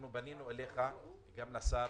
פנינו אליך, וגם לשר